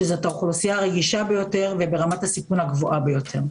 שזאת האוכלוסייה הרגישה ביותר וברמת הסיכון הגבוהה ביותר.